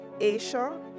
Asia